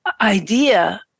idea